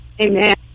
Amen